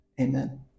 Amen